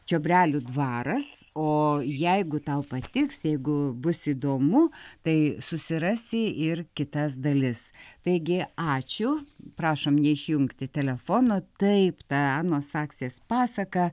čiobrelių dvaras o jeigu tau patiks jeigu bus įdomu tai susirasi ir kitas dalis taigi ačiū prašom neišjungti telefono taip ta anos saksės pasaka